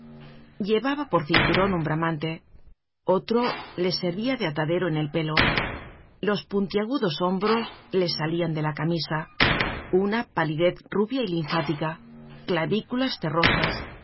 llevaba por cinturon un bramante otro le servia de atadero en el pelo los puntiagudos hombros le salian de la camisa una palidez rubia y linfática clavículas terrosas